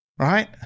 right